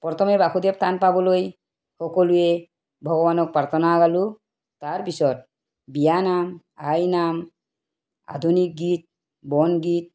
প্ৰথমে বাসুদেৱ থান পাবলৈ সকলোৱে ভগৱানক প্ৰাৰ্থনা গালো তাৰপিছত বিয়ানাম আইনাম আধুনিক গীত বনগীত